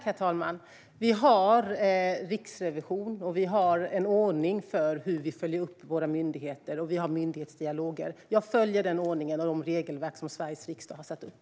Herr talman! Vi har Riksrevisionen, vi har en ordning för hur vi följer upp våra myndigheter och vi har myndighetsdialoger. Jag följer den ordning och de regelverk som Sveriges riksdag har satt upp.